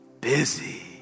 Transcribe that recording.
busy